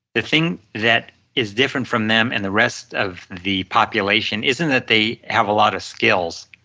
the thing that is different from them and the rest of the population isn't that they have a lot of skills,